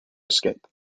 escape